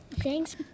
Thanks